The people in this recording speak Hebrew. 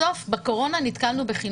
בסוף, בקורונה, נתקלנו בחינוך.